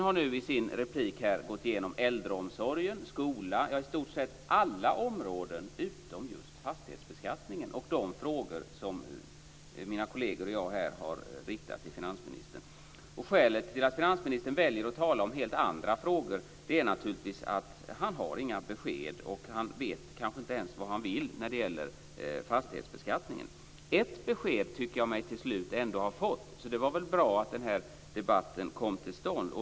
Finansministern har i sin replik gått igenom äldreomsorgen och skolan - ja, i stort sett alla områden utom just fastighetsbeskattningen och de frågor som mina kolleger och jag har riktat till honom. Skälet till att finansministern väljer att tala om helt andra frågor är naturligtvis att han inte har några besked. Han vet kanske inte ens vad han vill när det gäller fastighetsbeskattningen. Ett besked tycker jag mig till slut ändå ha fått, så det var bra att denna debatt kom till stånd.